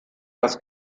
das